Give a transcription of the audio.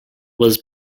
was